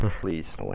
Please